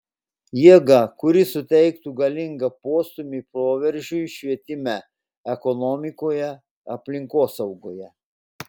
jėga kuri suteiktų galingą postūmį proveržiui švietime ekonomikoje aplinkosaugoje